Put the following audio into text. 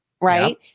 right